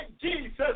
Jesus